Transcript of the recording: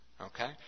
Okay